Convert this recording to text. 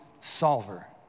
solver